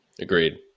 agreed